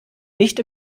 nicht